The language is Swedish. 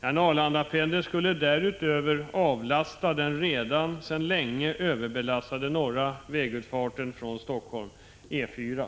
En Arlandapendel skulle därutöver avlasta den redan sedan länge överbelastade norra vägutfarten från Helsingfors via E 4.